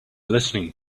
listening